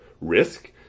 risk